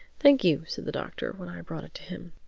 thank you, said the doctor when i brought it to him.